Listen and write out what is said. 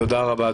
תודה רבה.